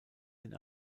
den